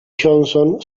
johnson